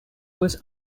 was